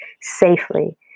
safely